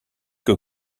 que